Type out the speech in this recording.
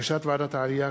החלטת ועדת העלייה,